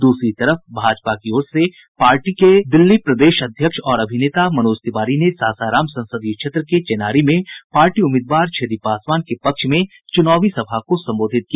दूसरी तरफ भाजपा की ओर से पार्टी के दिल्ली प्रदेश अध्यक्ष और अभिनेता मनोज तिवारी ने सासाराम संसदीय क्षेत्र के चेनारी में पार्टी उम्मीदवार छेदी पासवान के पक्ष में चुनावी रैली को संबोधित किया